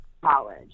college